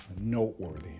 noteworthy